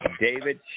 David